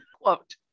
Quote